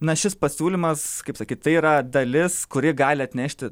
na šis pasiūlymas kaip sakyt tai yra dalis kuri gali atnešti